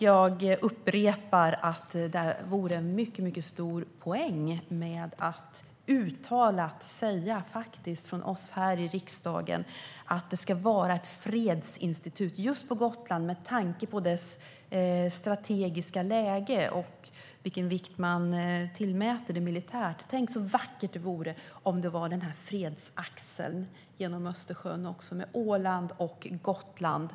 Jag upprepar att det vore en mycket stor poäng att uttalat säga från oss här i riksdagen att det ska vara ett fredsinstitut just på Gotland med tanke på dess strategiska läge och den vikt man tillmäter det militärt. Tänk så vackert det vore om vi hade denna fredsaxel genom Östersjön med Åland och Gotland!